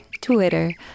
Twitter